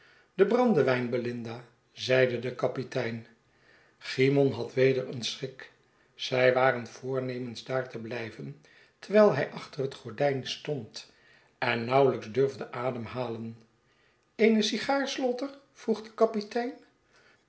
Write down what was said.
de brandewijn belinda zeide de kapitein cymon had weder een schrik zij waren voornemens daar te blijven terwijl hij achter het gordijn stond en nauwelijks durfde ademhalen eene sigaar slaughter vroeg de kapitein